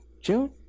june